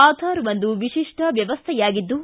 ಆಧಾರ್ ಒಂದು ವಿಶಿಷ್ಟ ವ್ಯವಸ್ಥೆಯಾಗಿದ್ದು